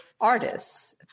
artists